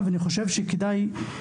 הוא משהו שגורם לפעמים לצפיפות,